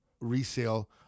resale